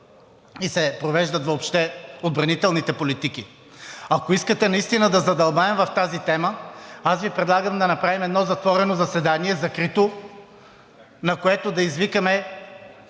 и се провеждат отбранителните политики. Ако искате наистина да задълбаем в тази тема, Ви предлагам да направим едно затворено заседание, закрито, на което да извикаме